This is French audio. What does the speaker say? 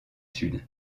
sud